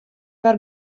wer